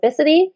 specificity